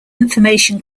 information